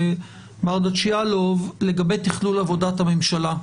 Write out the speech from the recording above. ברדץ' יאלוב לגבי תכלול עבודת הממשלה.